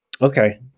Okay